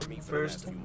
first